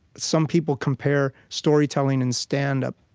some people compare storytelling and stand-up.